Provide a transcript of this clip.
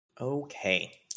Okay